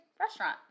restaurant